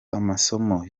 amasomo